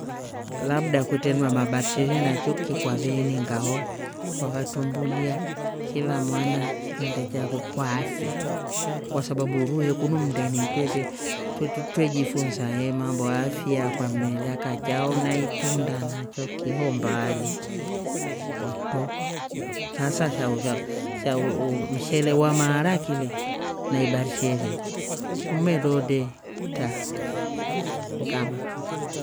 Labda kutre na mabarsheshe na choki kwaveeninga ho. kwavatrumbulia kila mwana kipande chakwe kwa afya. kwa sababu uruhu he kunu mndeni twretre. twre jifunsa he mambo a afya kwammela kachao na itunda na choki hoombaali kwakutro sasa shau usha shaa mshele wamaharaki le na ibarisheshe umedode tra ngamaa.